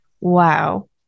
Wow